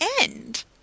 end